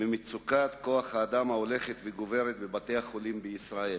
מפני מצוקת כוח-האדם ההולכת וגוברת בבתי-החולים בישראל.